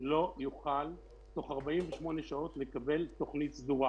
לא יוכל לקבל תוך 48 שעות תוכנית סדורה.